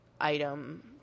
item